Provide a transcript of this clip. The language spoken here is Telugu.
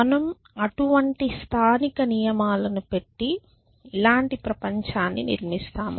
మనం అటువంటి స్థానిక నియమాలను పెట్టి ఇలాంటి ప్రపంచాన్ని నిర్మిస్తాము